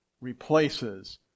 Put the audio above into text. replaces